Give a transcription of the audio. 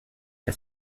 est